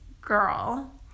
girl